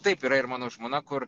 taip yra ir mano žmona kur